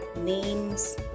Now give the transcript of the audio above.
names